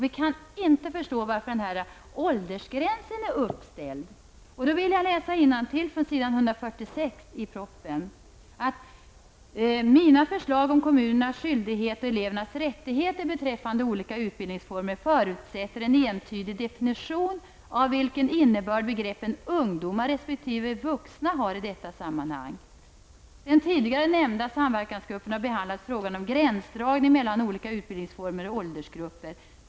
Vi kan inte förstå varför en åldersgräns är uppställd. Jag läser innantill på s. 146 i propositionen: ''Mina förslag om kommunernas skyldigheter och elevernas rättigheter beträffande olika utbildningsformer förutsätter en entydig definition av vilken innebörd begreppen ungdomar resp. vuxna har i detta sammanhang. Den tidigare nämnda samverkansgruppen har behandlat frågan om gränsdragning mellan olika utbildningsformer och åldersgrupper.